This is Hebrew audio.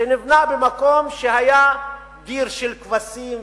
שנבנה במקום שהיה דיר של כבשים.